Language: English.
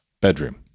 bedroom